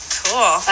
cool